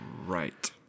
Right